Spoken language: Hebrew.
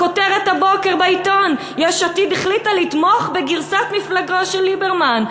הכותרת הבוקר בעיתון: יש עתיד החליטה לתמוך בגרסת מפלגתו של ליברמן.